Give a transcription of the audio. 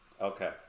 Okay